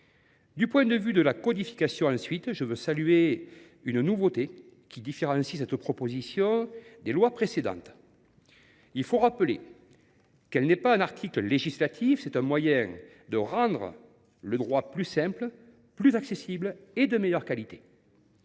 ce qui concerne la codification, je veux saluer une nouveauté, qui différencie cette proposition de loi des précédentes. Il faut rappeler qu’elle est non pas un artifice législatif, mais un moyen « de rendre le droit plus simple, plus accessible et de meilleure qualité